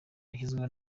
yashyizweho